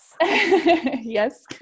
Yes